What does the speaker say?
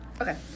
Okay